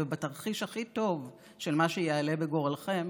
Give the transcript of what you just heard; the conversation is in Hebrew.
ובתרחיש הכי טוב של מה שיעלה בגורלכם